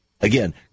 Again